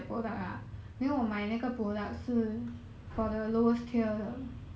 mm